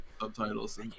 Subtitles